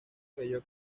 creyó